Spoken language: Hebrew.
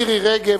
מירי רגב,